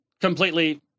completely